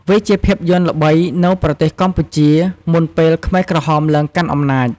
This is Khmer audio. វាជាភាពយន្តល្បីនៅ ប្រទេសកម្ពុជា មុនពេល ខ្មែរក្រហម ឡើងកាន់អំណាច។